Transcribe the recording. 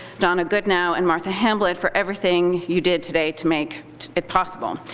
donna goodenow, and martha hambllin for everything you did today to make it possible.